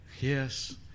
Yes